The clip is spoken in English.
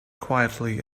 quietly